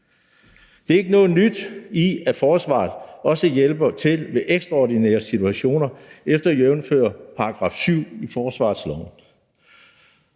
Der er ikke noget nyt i, at forsvaret også hjælper til ved ekstraordinære situationer, jævnfør § 7 i forsvarsloven.